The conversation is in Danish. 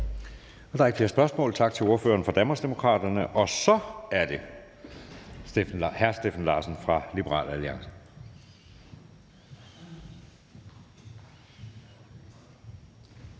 Der er ikke flere spørgsmål. Tak til ordføreren for Danmarksdemokraterne. Og så er det hr. Steffen Larsen fra Liberal Alliance.